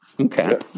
Okay